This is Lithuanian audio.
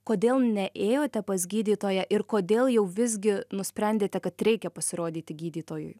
kodėl neėjote pas gydytoją ir kodėl jau visgi nusprendėte kad reikia pasirodyti gydytojui